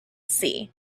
see